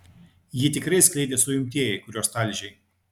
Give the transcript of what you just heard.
jį tikrai skleidė suimtieji kuriuos talžei